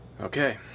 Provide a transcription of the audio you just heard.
Okay